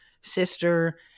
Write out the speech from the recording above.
sister